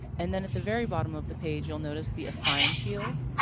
and then at the very bottom of the page, you'll notice the assigned field.